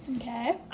Okay